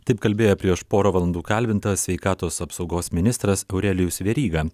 taip kalbėjo prieš porą valandų kalbintas sveikatos apsaugos ministras aurelijus veryga